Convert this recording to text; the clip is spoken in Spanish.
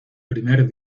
primer